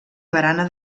barana